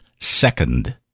second